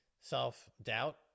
self-doubt